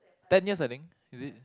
ten years I think is it